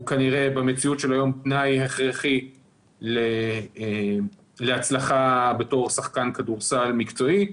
במציאות של היום הוא כנראה תנאי הכרחי להצלחה בתור שחקן כדורסל מקצועי,